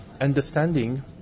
understanding